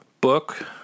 book